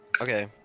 Okay